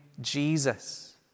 Jesus